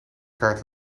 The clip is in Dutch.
kaart